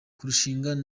kurushingana